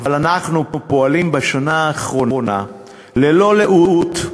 אבל אנחנו פועלים בשנה האחרונה ללא לאות,